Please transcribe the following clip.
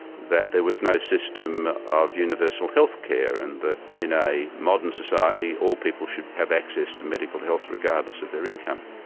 that there was no system of universal health care and that in a modern society, all people should have access to medical health regardless of their income.